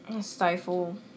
stifle